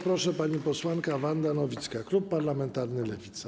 Pani posłanka Wanda Nowicka, klub parlamentarny Lewica.